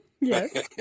Yes